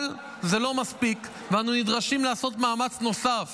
אבל זה לא מספיק, ואנו נדרשים לעשות מאמץ נוסף